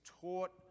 taught